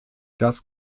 das